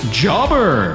jobber